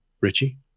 Richie